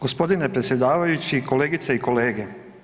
Gospodine predsjedavajući, kolegice i kolege.